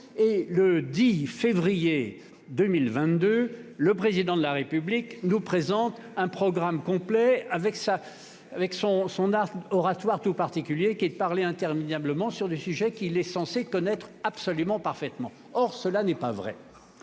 Le 10 février 2022, le Président de la République nous présente un programme complet, avec cet art oratoire si particulier qui consiste à parler interminablement sur des sujets qu'il est censé connaître parfaitement. Or cela n'est pas vrai,